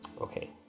Okay